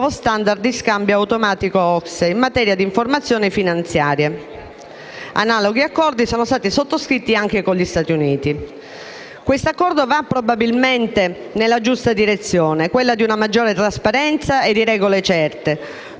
il nuovo *standard* di scambio automatico OCSE in materia di informazioni finanziarie. Analoghi accordi sono stati sottoscritti anche con gli Stati Uniti. Questo accordo va probabilmente nella giusta direzione, quella di una maggiore trasparenza e di regole certe,